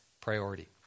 priority